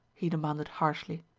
he demanded harshly.